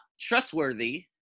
Trustworthy